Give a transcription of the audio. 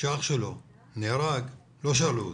כשאח שלו נהרג לא שאלו אותו.